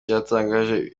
cyatangaje